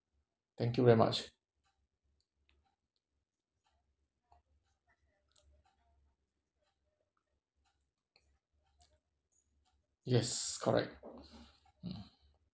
thank you very much yes correct mm